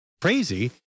crazy